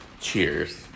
cheers